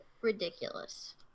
ridiculous